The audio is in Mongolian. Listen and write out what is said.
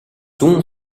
зүүн